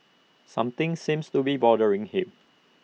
something seems to be bothering him